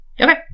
Okay